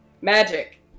magic